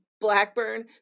Blackburn